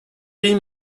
rit